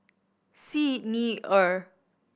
Xi Ni Er